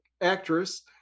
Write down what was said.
actress